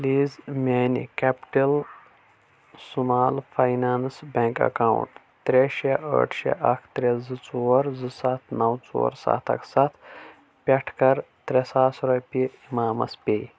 please میانہِ capital small finance bank account ترٛےٚ شےٚ آٹھ شےٚ اکھ ترٛےٚ زٕ ژور زٕ سَتھ نو ژور ستھ اکھ ستھ پٮ۪ٹھ کَر ترٛےٚ ساس رۄپیہِ اِمامس پے